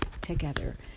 together